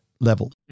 level